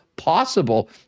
Possible